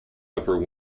upper